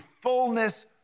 fullness